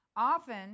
Often